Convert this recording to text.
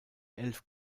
elf